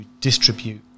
distribute